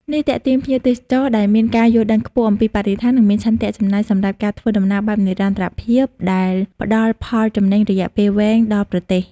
នេះទាក់ទាញភ្ញៀវទេសចរណ៍ដែលមានការយល់ដឹងខ្ពស់អំពីបរិស្ថាន និងមានឆន្ទៈចំណាយសម្រាប់ការធ្វើដំណើរបែបនិរន្តរភាព ដែលផ្តល់ផលចំណេញរយៈពេលវែងដល់ប្រទេស។